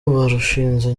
barushinze